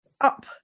up